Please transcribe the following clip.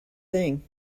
thing